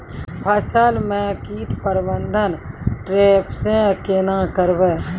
फसल म कीट प्रबंधन ट्रेप से केना करबै?